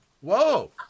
Whoa